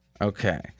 Okay